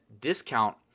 discount